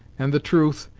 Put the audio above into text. and the truth,